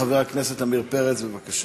חבר הכנסת עמיר פרץ, בבקשה.